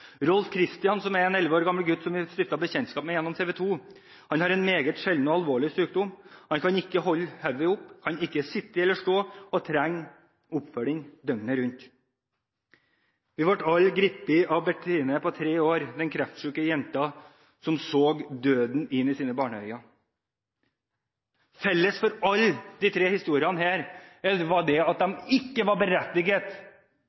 er en 11 år gammel gutt som vi stiftet bekjentskap med gjennom TV 2. Han har en meget sjelden og alvorlig sykdom. Han kan ikke holde hodet oppe, sitte eller stå, og trenger oppfølging døgnet rundt. Vi ble alle grepet av Bertine, den tre år gamle, kreftsyke jenta som så døden inn i barneøynene sine. Felles for disse tre historiene er at de ikke var